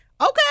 Okay